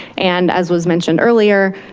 and as was mentioned earlier,